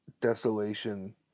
desolation